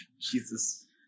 Jesus